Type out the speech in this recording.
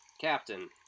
Captain